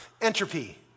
Entropy